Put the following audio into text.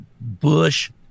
bush